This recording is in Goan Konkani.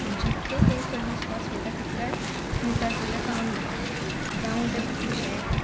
जितके पयस तो डिसकस वयता तितले मिटर तुजे काउंट जाता जावन ते किशें तें